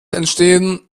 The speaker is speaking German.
entstehen